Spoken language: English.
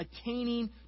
...attaining